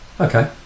Okay